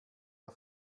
der